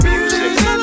Music